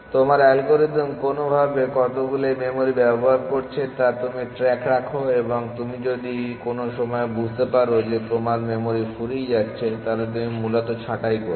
তোমার অ্যালগরিদম কোনভাবে কতগুলি মেমরি ব্যবহার করছে তা তুমি ট্র্যাক রাখো এবং যদি কোনও সময়ে বুঝতে পারো যে তোমার মেমরি ফুরিয়ে যাচ্ছে তাহলে তুমি মূলত ছাঁটাই করবে